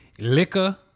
liquor